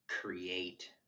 create